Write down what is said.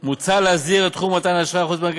מוצע להסדיר את תחום מתן האשראי החוץ-בנקאי,